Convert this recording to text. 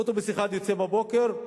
אוטובוס אחד יוצא בבוקר,